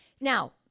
now